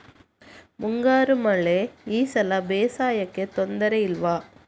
ಮುಂಗಾರು ಮಳೆ ಈ ಸಲ ಬೇಸಾಯಕ್ಕೆ ತೊಂದರೆ ಇಲ್ವ?